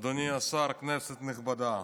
אדוני השר, כנסת נכבדה,